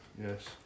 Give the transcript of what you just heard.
Yes